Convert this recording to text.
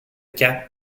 cap